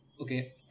Okay